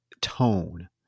tone